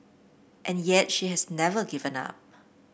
and yet she has never given up